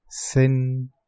sin